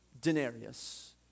denarius